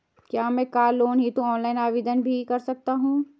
क्या मैं car loan हेतु ऑनलाइन आवेदन भी कर सकता हूँ?